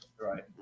Right